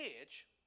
edge